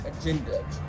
agenda